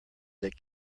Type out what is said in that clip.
that